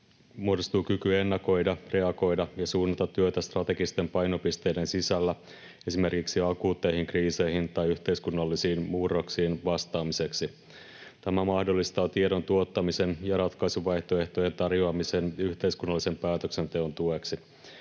muodostuu kyky ennakoida, reagoida ja suunnata työtä strategisten painopisteiden sisällä esimerkiksi akuutteihin kriiseihin tai yhteiskunnallisiin murroksiin vastaamiseksi. Tämä mahdollistaa tiedon tuottamisen ja ratkaisuvaihtoehtojen tarjoamisen yhteiskunnallisen päätöksenteon tueksi.